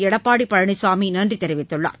எடப்பாடி பழனிசாமி நன்றி தெரிவித்துள்ளார்